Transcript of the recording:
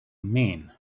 mean